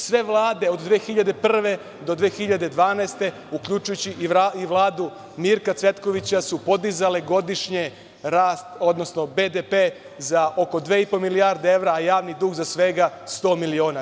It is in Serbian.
Sve vlade od 2001. do 2012. godine, uključujući i Vladu Mirka Cvetkovića, su podizale godišnje rast, odnosno BDP, za oko 2,5 milijarde evra, a javni dug za svega 100 miliona.